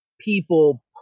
people